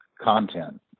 content